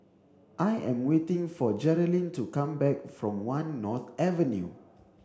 I am waiting for Jerilyn to come back from One North Avenue